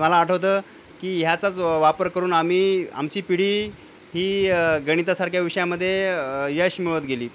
मला आठवतं की याचाच वापर करून आम्ही आमची पिढी ही गणितासारख्या विषयामध्ये यश मिळत गेली